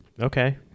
Okay